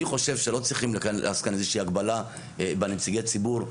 אני חושב שלא צריכים לעשות כאן איזושהי הגבלה בנציגי ציבור,